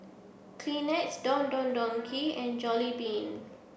Kleenex Don Don Donki and Jollibean